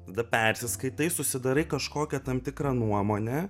tada persiskaitai susidarai kažkokią tam tikrą nuomonę